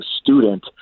student